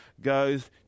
goes